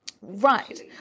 Right